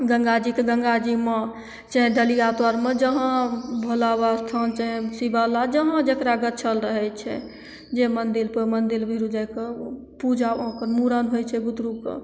गङ्गाजीके गङ्गाजीमे चाहे डलिआ तरमे जहाँ भोला बाबा अस्थान चाहे शिवालय जहाँ जकरा गछल रहै छै जे मन्दिरपर ओहि मन्दिर भिरु जाके पूजा अपन मूड़न होइ छै बुतरुके